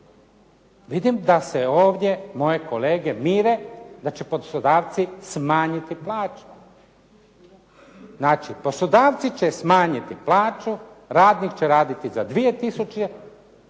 Vidim da se ovdje moje kolege mire da će poslodavci smanjiti plaću. Znači, poslodavci će smanjiti plaću, radnik će raditi za 2000